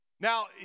Now